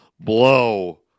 blow